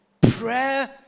Prayer